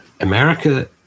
america